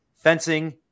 Fencing